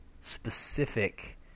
specific